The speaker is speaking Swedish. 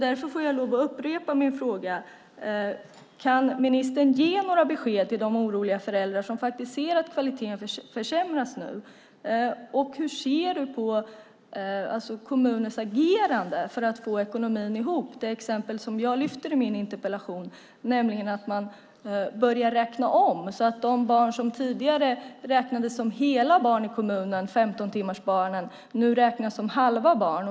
Därför får jag lov att upprepa mina frågor: Kan ministern ge några besked till de oroliga föräldrar som faktiskt ser att kvaliteten nu försämras? Och hur ser ministern på kommuners agerande för att få ihop ekonomin? Det exempel jag lyfter upp i min interpellation är att man börjar räkna om så att de barn som tidigare räknades som hela barn i kommunen, 15-timmarsbarnen, nu räknas som halva barn.